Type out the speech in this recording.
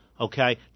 Okay